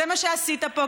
זה מה שעשית פה,